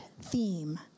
theme